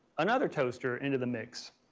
another toaster into the mix.